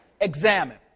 examine